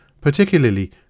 particularly